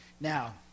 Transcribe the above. Now